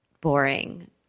boring